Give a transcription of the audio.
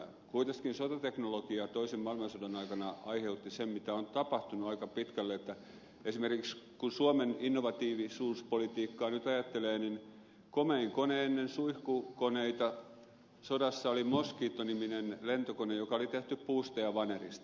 kuitenkin sotateknologia toisen maailmansodan aikana aiheutti sen mitä on tapahtunut aika pitkälle että esimerkiksi kun suomen innovatiivisuuspolitiikkaa nyt ajattelee niin komein kone ennen suihkukoneita sodassa oli mosquito niminen lentokone joka oli tehty puusta ja vanerista